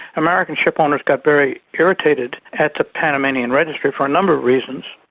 american shipowners got very irritated at the panamanian registry for a number of reasons.